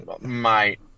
mate